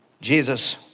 Jesus